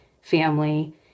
family